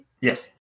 Yes